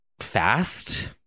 Fast